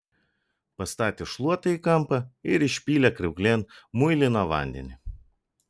pastatė šluotą į kampą ir išpylė kriauklėn muiliną vandenį